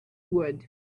would